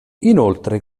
inoltre